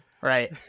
Right